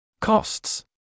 Costs